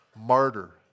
martyr